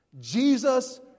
Jesus